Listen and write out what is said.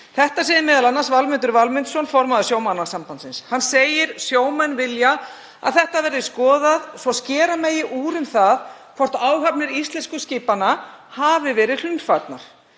Þetta segir m.a. Valmundur Valmundsson, formaður Sjómannasambandsins. Hann segir sjómenn vilja að þetta verði skoðað svo að skera megi úr um það hvort áhafnir íslensku skipanna hafi verið hlunnfarnar.